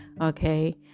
okay